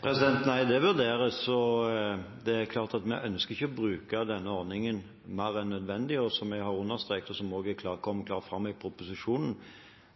klart at vi ønsker ikke å bruke denne ordningen mer enn nødvendig. Som jeg har understrekt, og som også kommer klart fram i proposisjonen: